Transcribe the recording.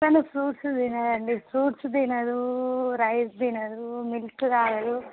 తను ఫ్రూట్స్ తినదండి ఫ్రూట్స్ తినదు రైస్ తినదు మిల్క్ తాగదు